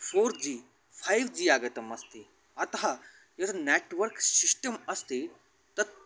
four G five G आगतम् अस्ति अतः एतद् नेत्वर्क् शिश्टम् अस्ति तत्